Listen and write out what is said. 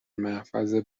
محفظه